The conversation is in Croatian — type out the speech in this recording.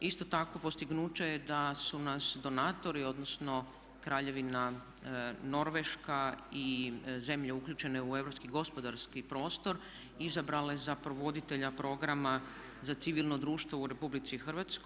Isto tako postignuće je da su nas donatori odnosno Kraljevina Norveška i zemlje uključene u europski gospodarski prostor izabrale za provoditelja programa za civilno društvo u RH.